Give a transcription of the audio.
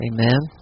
Amen